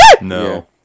No